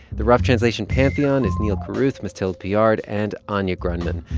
the rough translation pantheon is neal carruth, mathilde piard and anya grundmann.